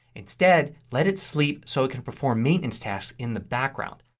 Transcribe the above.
instead let it sleep so it can perform maintenance tasks in the background.